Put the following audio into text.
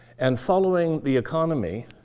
and following the economy,